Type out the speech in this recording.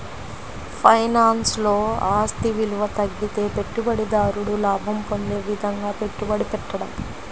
ఫైనాన్స్లో, ఆస్తి విలువ తగ్గితే పెట్టుబడిదారుడు లాభం పొందే విధంగా పెట్టుబడి పెట్టడం